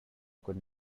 could